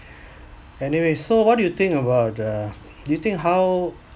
anyway so what do you think about uh you think how